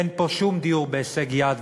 אין פה שום דיור בהישג יד,